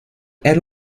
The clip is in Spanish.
era